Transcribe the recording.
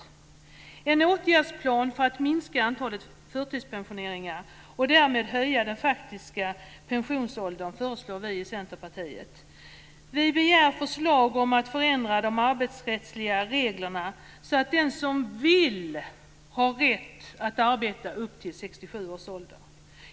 Vi i Centerpartiet föreslår en åtgärdsplan för att minska antalet förtidspensioneringar och därmed höja den faktiska pensionsåldern. Vi begär förslag om förändring av de arbetsrättsliga reglerna så att den som vill det ska ha rätt att arbeta upp till 67 års ålder.